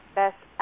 best